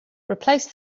replace